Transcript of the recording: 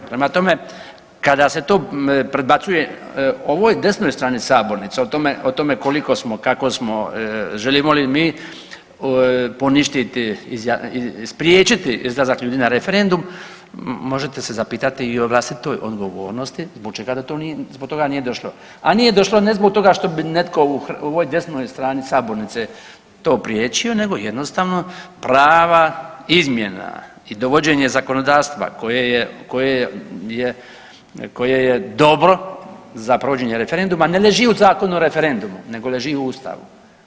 Prema tome, kada se to predbacuje ovoj desnoj strani sabornice o tome, o tome koliko smo, kako smo, želimo li mi poništiti i spriječiti izlazak ljudi na referendum možete se zapitati i o vlastitoj odgovornosti zbog čega do toga nije došlo, a nije došlo ne zbog toga što bi netko u ovoj desnoj strani sabornice to priječio nego jednostavno prava izmjena i dovođenje zakonodavstva koje je, koje je, koje je dobro za provođenje referenduma ne leži u Zakonu o referendumu nego leži u ustavu.